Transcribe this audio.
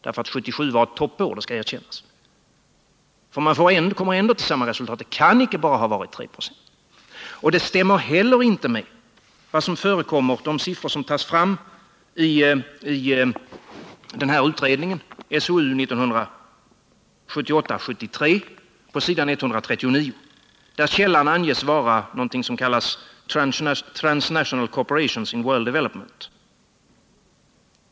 Det skall erkännas att 1977 var ett toppår. Man kommer ändå till samma resultat — det kan inte ha varit bara 3 26. Det stämmer inte heller med de siffror som har tagits fram i SOU 1978:73, s. 139, där källan anges vara någonting som kallas Transnational Corporations in World Development.